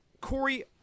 Corey